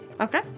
Okay